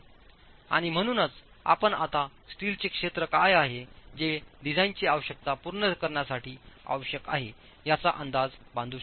आणि म्हणूनच आपण आता स्टीलचे क्षेत्र काय आहे जे डिझाइनची आवश्यकता पूर्ण करण्यासाठी आवश्यक आहे याचा अंदाज बांधू शकता